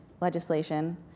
legislation